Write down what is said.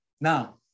Now